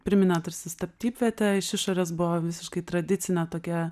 priminė tarsi statybvietę iš išorės buvo visiškai tradicinė tokia